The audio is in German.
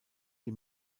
die